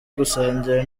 gusangira